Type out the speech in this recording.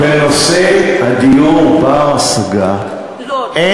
בנושא דיור בר-השגה לא, דיור ציבורי.